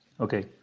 okay